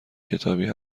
کتابی